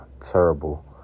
terrible